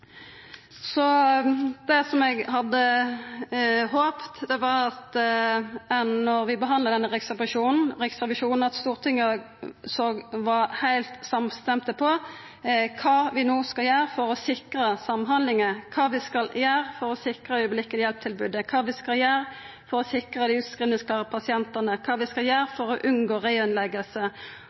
så mange legar tilsett på sjukehus på desse åra. Det eg hadde håpa, var at Stortinget, når vi behandlar denne riksrevisjonsrapporten, var heilt samstemde på kva vi no skal gjera for å sikra samhandlinga, kva vi skal gjera for å sikra strakshjelp-tilbodet, kva vi skal gjera for å sikra dei utskrivingsklare pasientane, kva vi skal gjera for å unngå